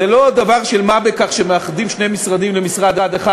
זה לא דבר של מה בכך שמאחדים שני משרדים למשרד אחד.